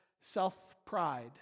self-pride